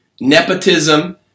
nepotism